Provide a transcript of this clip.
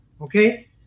okay